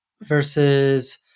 versus